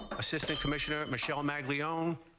assistant commissioner michelle meg leone